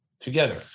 together